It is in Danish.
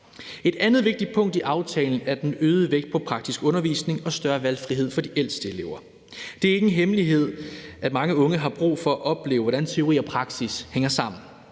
Et andet vigtigt punkt i aftalen er den øgede vægt på praktisk undervisning og større valgfrihed for de ældste elever. Det er ikke en hemmelighed, at mange unge har brug for at opleve, hvordan teori og praksis hænger sammen.